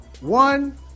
one